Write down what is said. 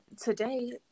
today